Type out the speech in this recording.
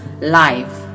life